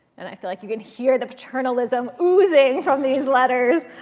and i feel like you can hear the paternalism oozing from these letters.